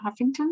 Huffington